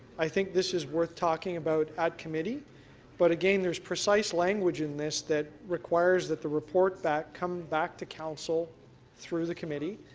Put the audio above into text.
i think this is worth talking about at committee but again there's precise language in this that requires that the report back come back to council through the committee.